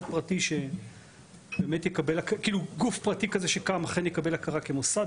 כדי שגוף פרטי כזה, שקם, אכן יקבל הכרה כמוסד.